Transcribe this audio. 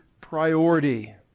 priority